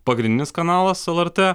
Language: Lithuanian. pagrindinis kanalas lrt